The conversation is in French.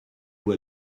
vous